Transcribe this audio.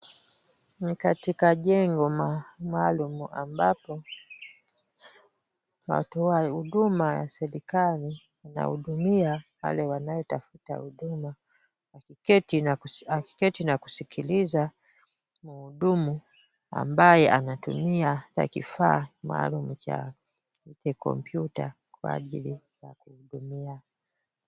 Ni katika jengo maalum ambapo, watu wa huduma ya serikali wanahudumia wale wanayetafuta huduma akiketi na kusikiliza mhudumu ambaye anatumia kifaa maalum cha computer kwa ajili ya kuwahudumia.